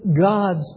God's